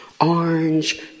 orange